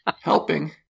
Helping